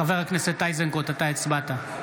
חבר הכנסת איזנקוט, אתה הצבעת.